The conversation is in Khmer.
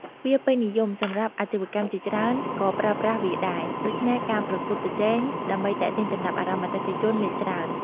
វាពេញនិយមសម្រាប់អាជីវកម្មជាច្រើនក៏ប្រើប្រាស់វាដែរ ដូច្នេះការប្រកួតប្រជែងដើម្បីទាក់ទាញចំណាប់អារម្មណ៍អតិថិជនមានច្រើន។